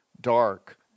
dark